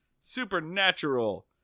Supernatural